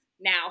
now